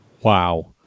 Wow